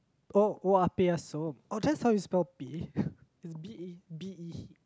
oh oya-beh-ya-som oh that's how you spell beh it's B_A B_E